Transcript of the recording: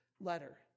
letter